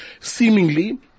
seemingly